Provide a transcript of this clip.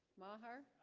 maher